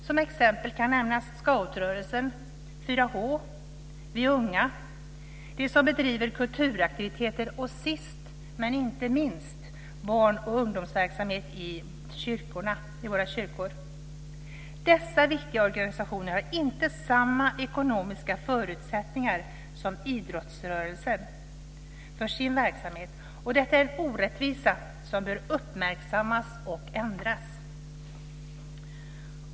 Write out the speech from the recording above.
Som exempel kan nämnas scoutrörelsen, 4 H, Vi unga, de som bedriver kulturaktiviteter samt, sist men inte minst, barn och ungdomsverksamhet i våra kyrkor. Dessa viktiga organisationer har inte samma ekonomiska förutsättningar som idrottsrörelsen för sin verksamhet. Detta är en orättvisa som bör uppmärksammas och ändras.